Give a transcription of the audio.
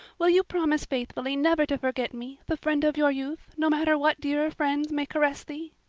will you promise faithfully never to forget me, the friend of your youth, no matter what dearer friends may caress thee?